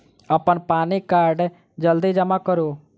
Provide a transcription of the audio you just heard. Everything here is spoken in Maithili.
अप्पन पानि कार्ड जल्दी जमा करू?